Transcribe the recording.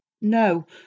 No